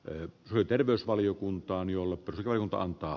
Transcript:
öö terveysvaliokuntaan jolle toiminta antaa